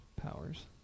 powers